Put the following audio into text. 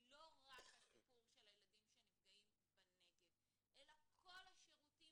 היא לא רק הסיפור של הילדים שנפגעים בנגב אלא כל השירותים